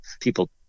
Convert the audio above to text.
people